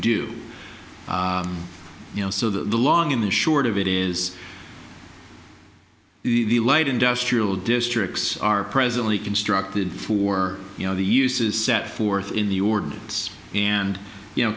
do you know so the long in the short of it is the light industrial districts are presently constructed for you know the uses set forth in the ordinance and you know